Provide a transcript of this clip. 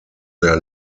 their